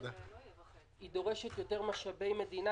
היא דורשת יותר משאבי מדינה,